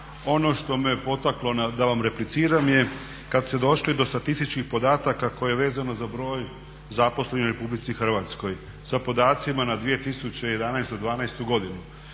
Ono što me potaklo da vam repliciram je kad ste došli do statističkih podataka koje je vezano za broj zaposlenih u RH sa podacima na 2011., dvanaestu